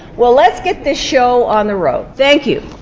well let's get this show on the road thank you.